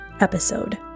episode